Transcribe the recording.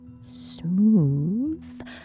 smooth